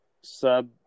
sub